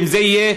ואם זה יהיה,